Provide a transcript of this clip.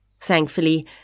Thankfully